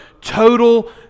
total